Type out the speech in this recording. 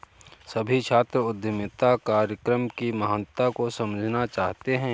सभी छात्र उद्यमिता कार्यक्रम की महत्ता को समझना चाहते हैं